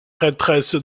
prêtresse